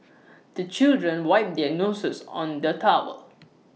the children wipe their noses on the towel